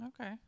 Okay